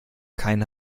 keinen